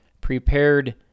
prepared